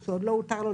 אחד מהם,